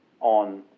on